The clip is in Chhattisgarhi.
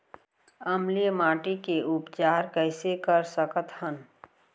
अम्लीय माटी के उपचार कइसे कर सकत हन?